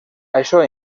això